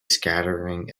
scattering